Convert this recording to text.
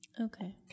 Okay